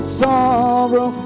sorrow